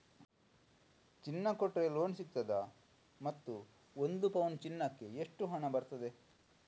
ಚಿನ್ನ ಕೊಟ್ರೆ ಲೋನ್ ಸಿಗ್ತದಾ ಮತ್ತು ಒಂದು ಪೌನು ಚಿನ್ನಕ್ಕೆ ಒಟ್ಟು ಎಷ್ಟು ಹಣ ಬರ್ತದೆ?